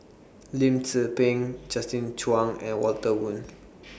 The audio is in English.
Lim Tze Peng Justin Zhuang and Walter Woon